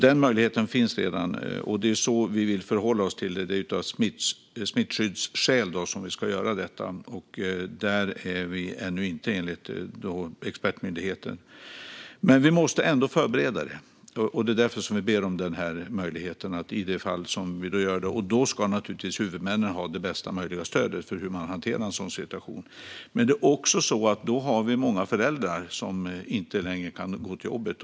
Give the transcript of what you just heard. Den möjligheten finns alltså redan, och det är så vi vill förhålla oss: Det är av smittskyddsskäl vi ska göra detta. Där är vi ännu inte, enligt expertmyndigheten. Men vi måste ändå förbereda detta, och det är därför vi ber om denna möjlighet i så fall. Då ska naturligtvis huvudmännen ha det bästa möjliga stödet för att kunna hantera en sådan situation. Det är dock också så att vi i så fall får väldigt många föräldrar som inte längre kan gå till jobbet.